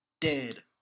dead